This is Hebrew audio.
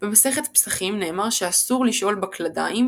במסכת פסחים נאמר שאסור לשאול בכלדיים,